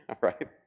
right